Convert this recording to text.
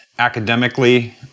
Academically